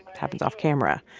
happens off camera.